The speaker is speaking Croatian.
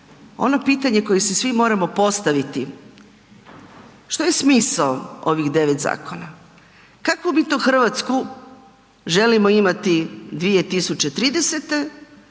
ono pitanje koje si svi moramo postaviti, što je smisao ovih 9 zakona, kakvu mi to RH želimo imati 2030.